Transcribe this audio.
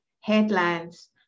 Headlines